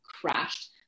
crashed